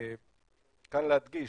כאן להדגיש,